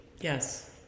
Yes